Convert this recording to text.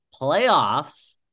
playoffs